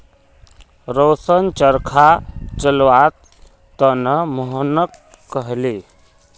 रोशन चरखा चलव्वार त न मोहनक कहले